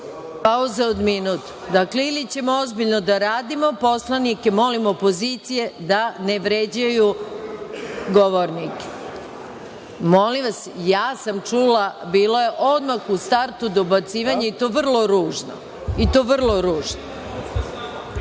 Pauza od minut. Dakle, ili ćemo ozbiljno da radimo. Molim poslanike opoziciju da ne vređaju govornike. Molim vas, ja sam čula, bilo je odmah u startu dobacivanje i to vrlo ružno. Uopšte me ne